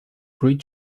great